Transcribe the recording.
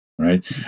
right